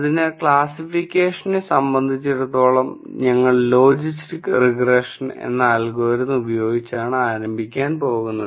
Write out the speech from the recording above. അതിനാൽ ക്ലാസ്സിഫിക്കേഷനെ സംബന്ധിച്ചിടത്തോളം ഞങ്ങൾ ലോജിസ്റ്റിക് റിഗ്രഷൻ എന്ന അൽഗോരിതം ഉപയോഗിച്ചാണ് ആരംഭിക്കാൻ പോകുന്നത്